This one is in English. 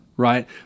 right